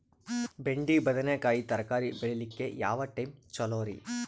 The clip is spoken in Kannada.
ಬೆಂಡಿ ಬದನೆಕಾಯಿ ತರಕಾರಿ ಬೇಳಿಲಿಕ್ಕೆ ಯಾವ ಟೈಮ್ ಚಲೋರಿ?